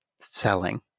selling